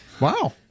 Wow